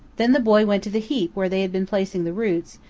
then the boy went to the heap where they had been placing the roots,